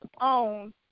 own